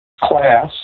class